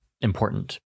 important